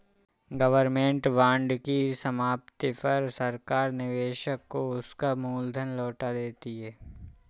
government bond की समाप्ति पर सरकार निवेशक को उसका मूल धन लौटा देती है